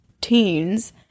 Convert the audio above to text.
teens